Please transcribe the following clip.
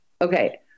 Okay